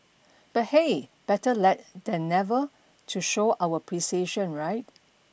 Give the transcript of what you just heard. but hey better let than never to show our appreciation right